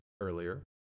earlier